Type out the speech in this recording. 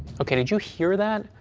ok, did you hear that?